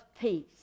peace